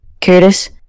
Curtis